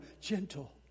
gentle